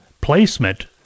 placement